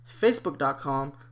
facebook.com